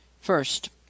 first